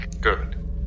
Good